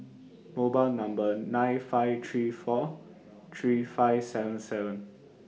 mobile Number nine five three four three five seven seven